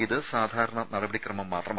ഇത് സാധാരണ നടപടിക്രമം മാത്രമാണ്